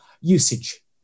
usage